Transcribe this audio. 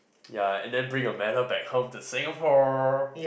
ya and then bring a medal back home to Singapore